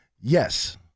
Yes